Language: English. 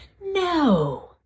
No